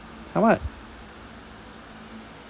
!huh! what